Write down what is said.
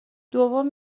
دوم